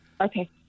Okay